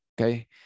okay